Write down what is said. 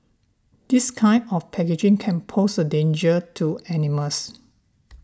this kind of packaging can pose a danger to animals